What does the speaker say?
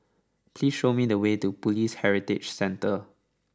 please show me the way to Police Heritage Centre